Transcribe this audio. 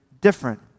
different